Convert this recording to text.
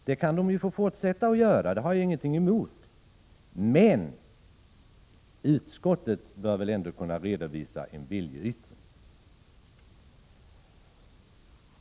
Det kan regeringen få fortsätta att göra — det har jag ingenting emot — men utskottet bör väl ändå redovisa en uppfattning.